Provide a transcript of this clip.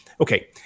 Okay